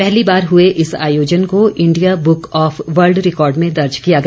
पहली बार हुए इस आयोजन को India book of world record में दर्ज किया गया